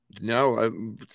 No